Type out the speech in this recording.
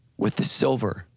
with the silver